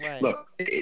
Look